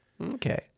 okay